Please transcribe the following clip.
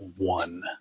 one